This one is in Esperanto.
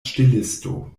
ŝtelisto